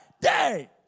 day